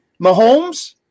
Mahomes